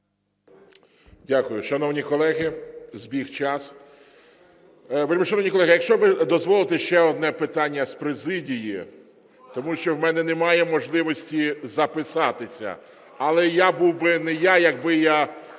Дякую. Шановні колеги, збіг час. Вельмишановні колеги, якщо ви дозволите, ще одне питання з президії, тому що в мене немає можливості записатися. Але я був би не я, якби я